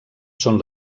són